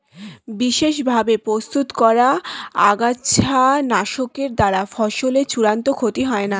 বিশেষ ভাবে প্রস্তুত করা আগাছানাশকের দ্বারা ফসলের চূড়ান্ত ক্ষতি হয় না